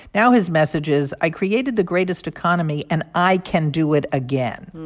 now his message is, i created the greatest economy and i can do it again.